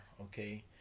okay